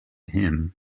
him